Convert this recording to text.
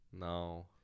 No